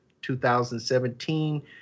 2017